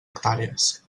hectàrees